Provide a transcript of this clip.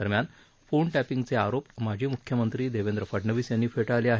दरम्यान फोन टॅपिंगचे आरोप माजी मुख्यमंत्री देवेंद्र फडनवीस यांनी फेटाळले आहेत